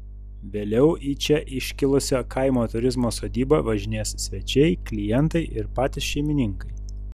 vėliau į čia iškilusią kaimo turizmo sodybą važinės svečiai klientai ir patys šeimininkai